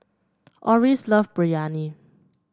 Orris love Biryani